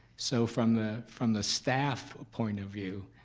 so from the from the staff point of view,